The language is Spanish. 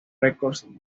records